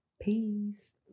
Peace